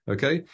Okay